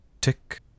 tick